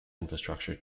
infrastructure